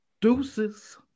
Deuces